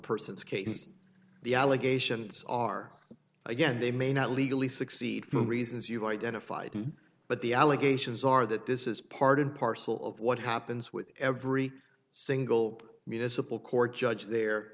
person's case the allegations are again they may not legally succeed for the reasons you identified but the allegations are that this is part and parcel of what happens with every single municipal court judge there